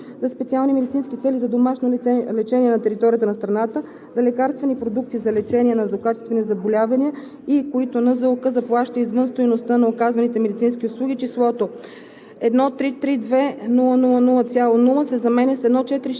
„Здравноосигурителни плащания за лекарствени продукти, медицински изделия и диетични храни за специални медицински цели за домашно лечение на територията на страната, за лекарствени продукти за лечение на злокачествени заболявания и …, които НЗОК заплаща извън стойността на оказваните медицински услуги“ числото